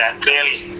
clearly